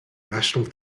national